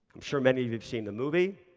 i'm sure many of you have seen the movie.